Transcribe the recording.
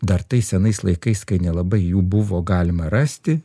dar tais senais laikais kai nelabai jų buvo galima rasti